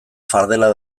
fardela